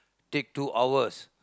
take two hours